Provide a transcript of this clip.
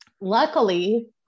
luckily